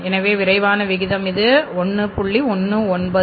எனவே விரைவான விகிதம் இது 1